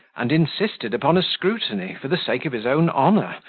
and insisted upon a scrutiny, for the sake of his own honour,